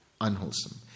unwholesome